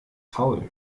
faul